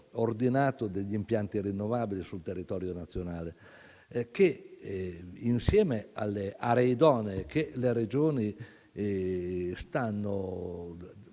ordinato degli impianti rinnovabili sul territorio nazionale, che insieme alle aree idonee che le Regioni stanno